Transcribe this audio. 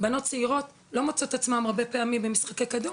בנות צעירות לא מוצאות את עצמן הרבה פעמים במשחקי כדור.